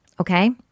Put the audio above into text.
Okay